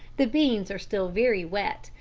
the beans are still very wet,